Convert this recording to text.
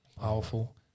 Powerful